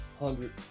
hundred